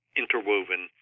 interwoven